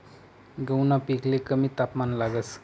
गहूना पिकले कमी तापमान लागस